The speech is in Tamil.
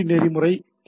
நெறிமுறை ஹெச்